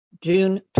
June